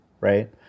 right